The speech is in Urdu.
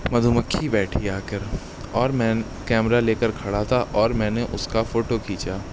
مدھومکھی بیٹھی آ کر اور میں کیمرہ لے کر کھڑا تھا اور میں نے اس کا فوٹو کھینچا